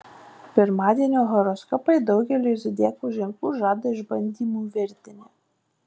pirmadienio horoskopai daugeliui zodiako ženklų žada išbandymų virtinę